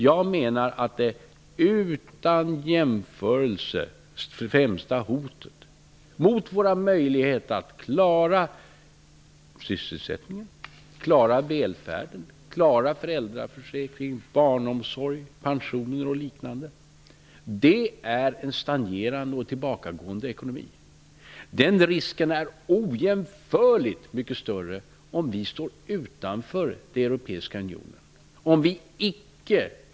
Jag menar att det utan jämförelse främsta hotet mot våra möjligheter att klara av sysselsättningen, välfärden, föräldraförsäkringen, barnomsorgen, pensionerna osv. är just en stagnerande och tillbakagående ekonomi. Den risken är ojämförligt mycket större om vi står utanför den europeiska unionen.